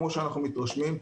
כמו שאנחנו מתרשמים,